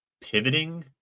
pivoting